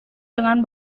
dengan